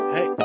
Hey